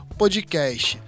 podcast